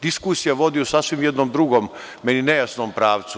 Diskusija vodi u sasvim jednom drugom, meni nejasnom pravcu.